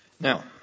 Now